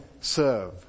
serve